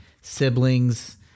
siblings